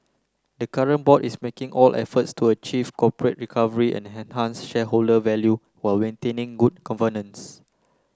the current board is making all efforts to achieve corporate recovery and enhance shareholder value while maintaining good governance